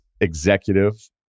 executive